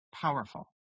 Powerful